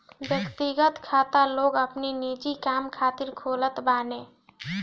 व्यक्तिगत खाता लोग अपनी निजी काम खातिर खोलत बाने